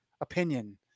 opinion